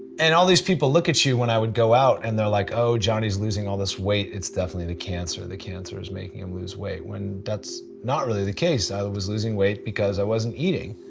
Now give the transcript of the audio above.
and all these people look at you, when i would go out and they're like oh jonny's losing all this weight, it's definitely the cancer, the cancer is making him lose weight. when that's not really the case, i was losing weight because i wasn't eating.